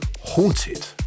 Haunted